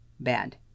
bad